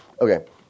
okay